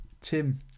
Tim